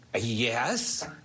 Yes